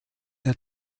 der